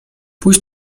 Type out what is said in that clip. puść